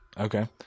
Okay